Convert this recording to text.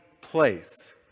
place